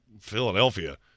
Philadelphia